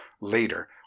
later